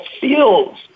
feels